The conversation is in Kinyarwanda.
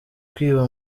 kwiba